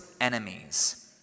enemies